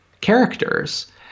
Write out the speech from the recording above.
characters